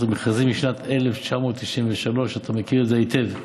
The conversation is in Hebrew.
המכרזים משנת 1993. אתה מכיר את זה היטב.